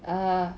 err